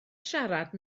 siarad